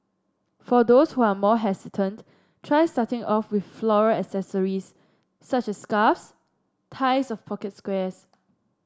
for those who are more hesitant try starting off with floral accessories such as scarves ties of pocket squares